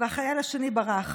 והחייל השני ברח.